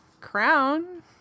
crown